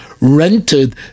rented